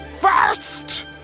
First